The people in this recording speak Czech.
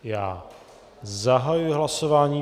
Já zahajuji hlasování.